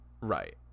right